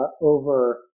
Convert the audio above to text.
over